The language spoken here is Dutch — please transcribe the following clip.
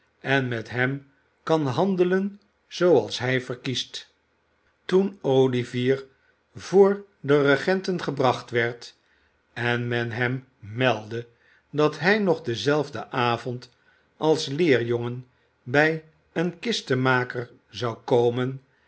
en met hem kan handelen zooals hij verkiest toen olivier voor de regenten gebracht werd en men hem meldde dat hij nog denzelfden avond als leerjongen bij een kistenmaker zou komen